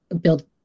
build